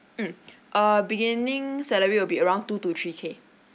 mm uh beginning salary will be around two to three K